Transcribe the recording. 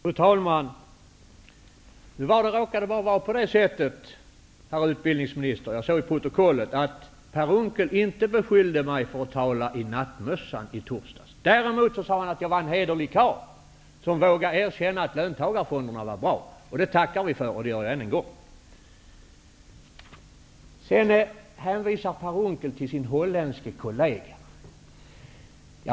Fru talman! Enligt protokollet från förra veckans debatt beskyllde Per Unckel inte mig för att tala i nattmössan i torsdags. Däremot sade han att jag var en hederlig karl som vågade erkänna att löntagarfonderna var bra. Det tackade jag för, och det gör jag än en gång. Per Unckel hänvisade till sin holländske kollega.